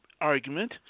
argument